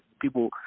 people